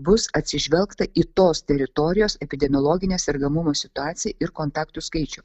bus atsižvelgta į tos teritorijos epidemiologinę sergamumo situaciją ir kontaktų skaičių